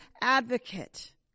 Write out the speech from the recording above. advocate